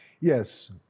Yes